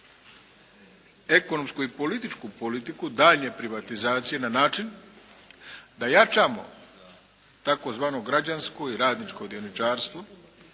ekonomsku i političku politiku daljnje privatizacije na način da jačamo tzv. građansko i radničko dioničarstvo